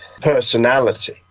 personality